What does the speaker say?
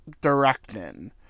directing